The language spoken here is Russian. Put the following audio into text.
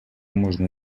можно